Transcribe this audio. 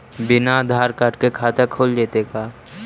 बिना आधार कार्ड के खाता खुल जइतै का?